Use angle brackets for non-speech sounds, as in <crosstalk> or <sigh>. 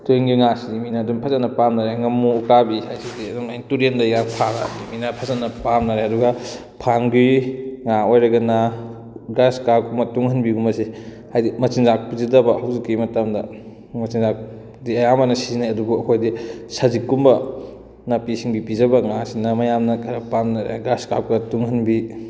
ꯇꯨꯔꯦꯟꯒꯤ ꯉꯥꯁꯤꯗꯤ ꯃꯤꯅ ꯑꯗꯨꯝ ꯐꯖꯅ ꯄꯥꯝꯅꯔꯦ ꯉꯥꯃꯨ ꯎꯀꯥꯕꯤ <unintelligible> ꯑꯗꯨꯝ ꯑꯩꯅ ꯇꯨꯔꯦꯟꯗꯒꯤ ꯌꯥꯝ <unintelligible> ꯃꯤꯅ ꯐꯖꯅ ꯄꯥꯝꯅꯔꯦ ꯑꯗꯨꯒ ꯐꯥꯝꯒꯤ ꯉꯥ ꯑꯣꯏꯔꯒꯅ ꯒ꯭ꯔꯥꯁ ꯀꯥꯔꯕꯀꯨꯝꯕ ꯇꯨꯡꯍꯟꯕꯤꯒꯨꯝꯕꯁꯦ ꯍꯥꯏꯗꯤ ꯃꯆꯤꯟꯖꯥꯛ ꯄꯤꯖꯗꯕ ꯍꯧꯖꯤꯛꯀꯤ ꯃꯇꯝꯗ ꯃꯆꯤꯟꯖꯥꯛꯇꯤ ꯑꯌꯥꯝꯕꯅ ꯁꯤꯖꯤꯟꯅꯩ ꯑꯗꯨꯕꯨ ꯑꯩꯈꯣꯏꯗꯤ ꯁꯖꯤꯛꯀꯨꯝꯕ ꯅꯥꯄꯤ ꯁꯤꯡꯕꯤ ꯄꯤꯖꯕ ꯉꯥꯁꯤꯅ ꯃꯌꯥꯝꯅ ꯈꯔ ꯄꯥꯝꯅꯔꯦ ꯒ꯭ꯔꯥꯁ ꯀꯥꯔꯕꯀꯥ ꯇꯨꯡꯍꯟꯕꯤ